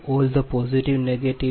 252 p